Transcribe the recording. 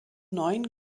neuen